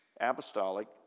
Apostolic